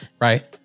right